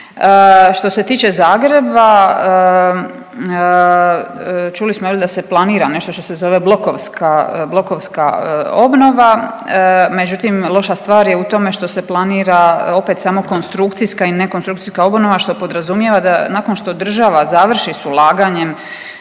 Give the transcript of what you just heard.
Što se tiče Zagreba, čuli smo, je li, nešto što se zove blokovska obnova. Međutim, loša stvar je u tome što se planira opet samo konstrukcijska i nekonstrukcijska obnova, što podrazumijeva da nakon što država završi s ulaganjem